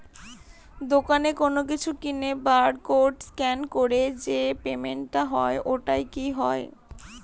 দোকানে কোনো কিছু কিনে বার কোড স্ক্যান করে যে পেমেন্ট টা হয় ওইটাও কি হয়?